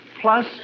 plus